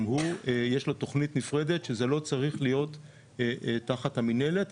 גם הוא יש לו תוכנית נפרדת שזה לא צריך להיות תחת המינהלת.